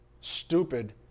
stupid